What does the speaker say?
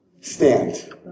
Stand